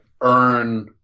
earn